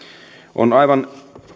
on aivan